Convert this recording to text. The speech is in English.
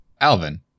Alvin